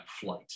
flight